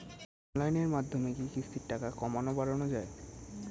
অনলাইনের মাধ্যমে কি কিস্তির টাকা কমানো বাড়ানো যায়?